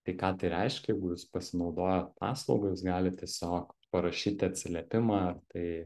tai ką tai reiškia jeigu jūs pasinaudojot paslauga jūs galit tiesiog parašyti atsiliepimą ar tai